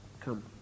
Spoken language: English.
come